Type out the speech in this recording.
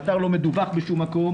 האתר לא מדווח בשום מקום.